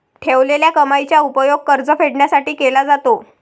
ठेवलेल्या कमाईचा उपयोग कर्ज फेडण्यासाठी केला जातो